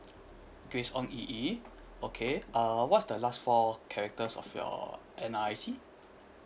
grace ong yi yi okay uh what's the last four characters of your N_R_I_C